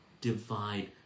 divide